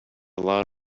lot